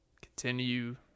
Continue